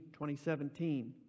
2017